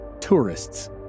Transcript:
Tourists